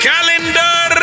Calendar